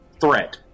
threat